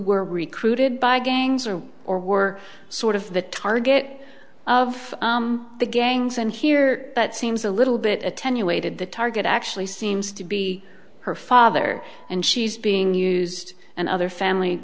were recruited by gangs or or were sort of the target of the gangs and here that seems a little bit attenuated the target actually seems to be her father and she's being used and other family